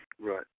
right